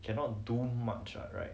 cannot do much ah right